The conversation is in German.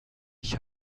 ich